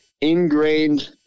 ingrained